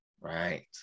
Right